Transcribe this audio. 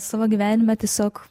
savo gyvenime tiesiog